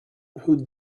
who